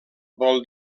vol